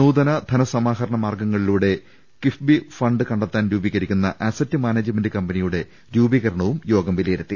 നൂതന ധന സമാഹരണ മാർഗങ്ങളിലൂടെ കിഫ്ബി ഫണ്ട് കണ്ടെത്താൻ രൂപീക രിക്കുന്ന അസറ്റ് മാനേജ്മെന്റ് കമ്പനിയുടെ രൂപീകരണവും യോഗം വില യിരുത്തി